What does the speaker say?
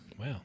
wow